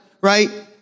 right